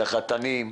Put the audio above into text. לחתנים,